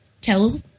tell